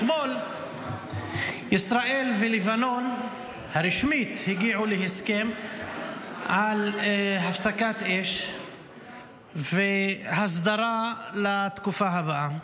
אתמול ישראל ולבנון הרשמית הגיעו להסכם על הפסקת אש והסדרה לתקופה הבאה.